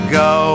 go